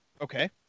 okay